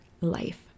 life